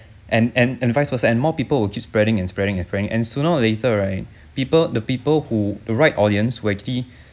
and and and vice versa and more people will just spreading and spreading and spreading and sooner or later right people the people who right audience will actually